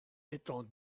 étant